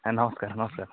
sir ନମସ୍କାର ନମସ୍କାର